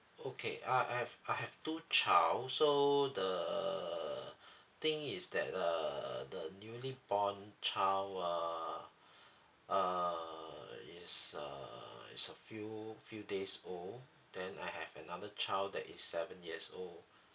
okay uh I have I have two child so the thing is that uh the newly born child err err is uh is a few few days old then I have another child that is seven years old